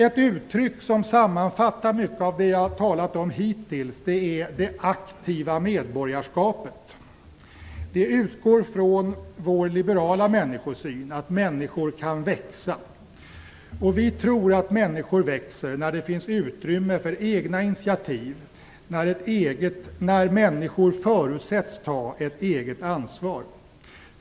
Ett uttryck som sammanfattar mycket av det som jag har talat om hittills är "det aktiva medborgarskapet". Det utgår från vår liberala människosyn - att människor kan växa. Vi tror att människor växer när det finns utrymme för egna initiativ, när människor förutsätts ta ett eget ansvar.